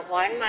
one